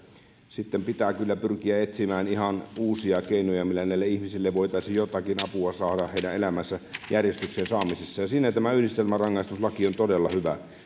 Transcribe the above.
sitten pitää kyllä pyrkiä etsimään ihan uusia keinoja millä näille ihmisille voitaisiin jotakin apua saada heidän elämänsä järjestykseen saamisessa ja siinä tämä yhdistelmärangaistuslaki on todella hyvä